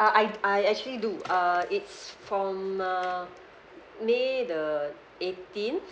uh I d~ I actually do err it's from uh may the eighteenth